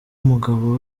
umugaba